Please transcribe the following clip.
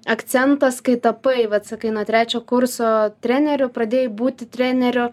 akcentas kai tapai vat sakai na trečio kurso treneriu pradėjai būti trenerio